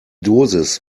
dosis